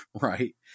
right